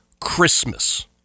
Christmas